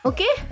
Okay